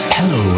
Hello